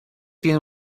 tiene